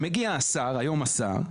מגיע השר, היום הוא השר,